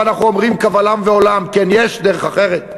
ואנחנו אומרים קבל עם ועולם: כן, יש דרך אחרת.